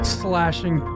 slashing